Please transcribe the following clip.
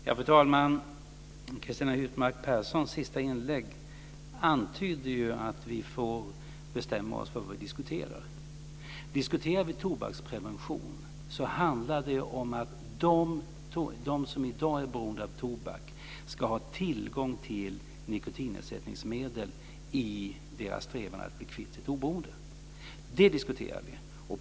Fru talman! Cristina Husmark Pehrssons sista inlägg antydde att vi får bestämma oss för vad det är vi diskuterar. Diskuterar vi tobaksprevention, handlar det om att de som i dag är beroende av tobak ska ha tillgång till nikotinersättningsmedel i deras strävan att bli kvitt sitt oberoende.